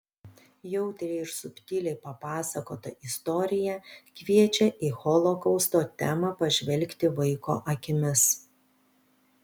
jautriai ir subtiliai papasakota istorija kviečia į holokausto temą pažvelgti vaiko akimis